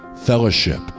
fellowship